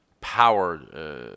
power